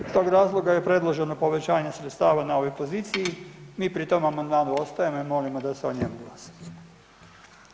Iz tog razloga je predloženo povećanje sredstava na ovoj poziciji, mi pri tom amandmanu ostajemo i molimo da se o njemu glasa.